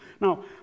Now